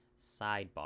sidebar